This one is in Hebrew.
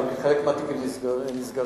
וחלק מהתיקים נסגרים.